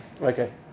Okay